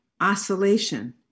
oscillation